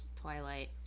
Twilight